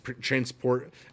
transport